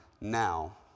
now